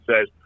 says